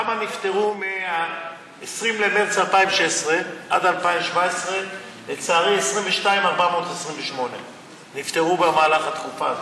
כמה נפטרו מ-20 במרס 2016 עד 2017. לצערי 22,428 נפטרו במהלך התקופה הזאת.